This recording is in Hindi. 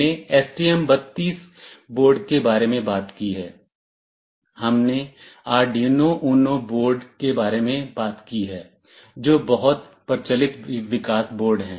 हमने STM32 बोर्ड के बारे में बात की है हमने आर्डयूनो यूनो बोर्ड के बारे में बात की है जो बहुत प्रचलित विकास बोर्ड हैं